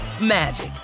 magic